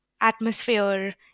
atmosphere